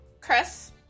chris